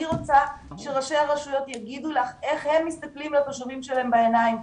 אני רוצה שראשי הרשויות יגידו לך איך הם מסתכלים לתושבים שלהם בעיניים.